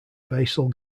basal